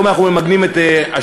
היום אנחנו ממגנים את אשקלון,